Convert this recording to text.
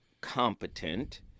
competent